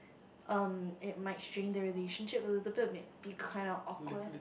um it might strain the relationship a little bit may be kind of awkward